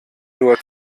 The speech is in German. nur